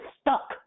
stuck